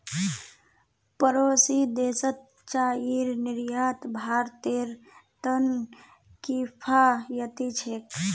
पड़ोसी देशत चाईर निर्यात भारतेर त न किफायती छेक